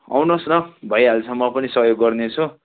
आउनु होस् न भइहाल्छ म पनि सहयोग गर्ने छु